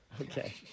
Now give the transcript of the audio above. okay